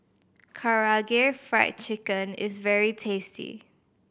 Karaage Fried Chicken is very tasty